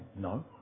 no